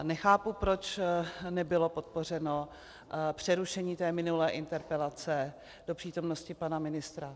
Nechápu, proč nebylo podpořeno přerušení minulé interpelace do přítomnosti pana ministra.